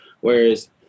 Whereas